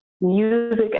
music